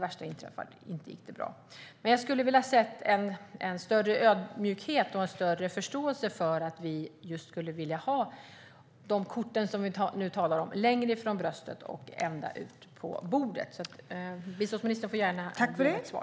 värsta fall, inte gick bra. Jag skulle ha velat se en större ödmjukhet och förståelse för att vi ville ha de kort vi nu talar om längre från bröstet och ut på bordet. Biståndsministern får gärna ge ett svar.